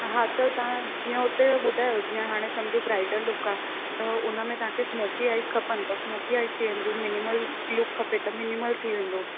हा त तव्हां जीअं हुते ॿुधायो जीअं हाणे सम्झो ब्राइडल लुक आहे त उनमें तव्हांखे स्मोकी आइज खपनि त स्मोकी आइज थी वेंदियूं मीनिमम लुक खपे त मीनिमल थी वेंदो